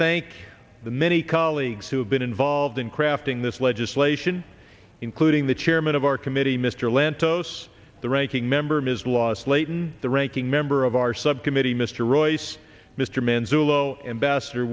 thank the many colleagues who have been involved in crafting this legislation including the chairman of our committee mr lantos the ranking member ms last leighton the ranking member of our subcommittee mr royce mr manzullo ambassador